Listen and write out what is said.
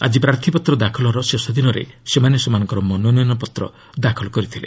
ଆଜି ପ୍ରାର୍ଥୀପତ୍ର ଦାଖଲର ଶେଷ ଦିନରେ ସେମାନେ ସେମାନଙ୍କର ମନୋନୟନ ପତ୍ର ଦାଖଲ କରିଛନ୍ତି